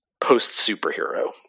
post-superhero